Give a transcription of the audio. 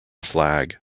flag